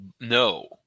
no